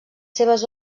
seves